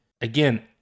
again